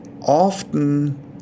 often